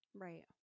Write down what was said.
Right